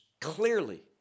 clearly